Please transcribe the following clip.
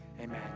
amen